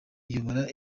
uyobora